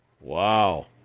Wow